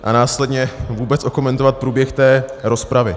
A následně vůbec okomentovat průběh rozpravy.